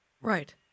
Right